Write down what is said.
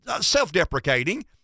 self-deprecating